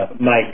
Mike